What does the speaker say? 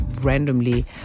randomly